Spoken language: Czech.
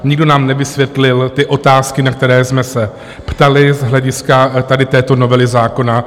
Nikdo nám nevysvětlil ty otázky, na které jsme se ptali z hlediska tady této novely zákona.